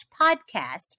podcast